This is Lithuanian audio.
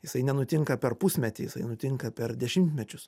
jisai nenutinka per pusmetį jisai nutinka per dešimtmečius